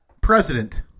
President